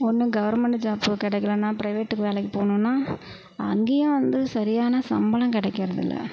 ஒன்றும் government job கிடைக்கலனா private வேலைக்கு போகணுன்னா அங்கேயும் வந்து சரியான சம்பளம் கிடைக்கிறதில்ல